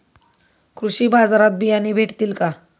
कृषी बाजारात बियाणे भेटतील का?